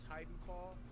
Titanfall